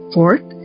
Fourth